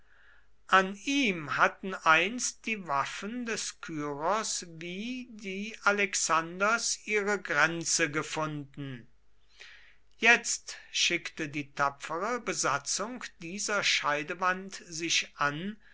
an ihm hatten einst die waffen des kyros wie die alexanders ihre grenze gefunden jetzt schickte die tapfere besatzung dieser scheidewand sich an